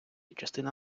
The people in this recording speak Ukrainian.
частина